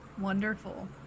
Wonderful